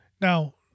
Now